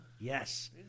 Yes